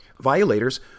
Violators